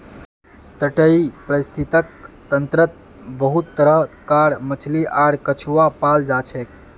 तटीय परिस्थितिक तंत्रत बहुत तरह कार मछली आर कछुआ पाल जाछेक